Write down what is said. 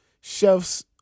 chefs